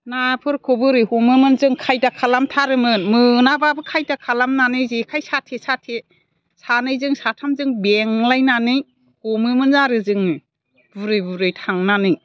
नाफोरखौ बोरै हमोमोन जों खायदा खालाम थारोमोन मोनाब्लाबो खायदा खालामनानै जेखाइ साथे साथे सानैजों साथामजों बेंलायनानै हमोमोन आरो जोङो बुरि बुरि थांनानै